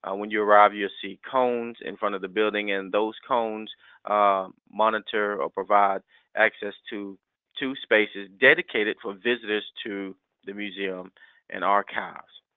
ah when you arrive, you'll see cones in front of the building and those cones monitor or provide access to two spaces dedicated for visitors to the museum and archives.